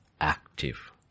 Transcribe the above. active